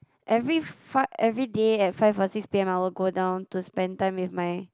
every five everyday at five or six P_M I will go down to spend time with my